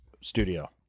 studio